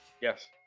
Yes